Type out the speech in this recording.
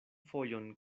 fojon